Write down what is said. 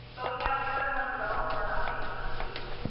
but we have the other ones that also are not being funded either,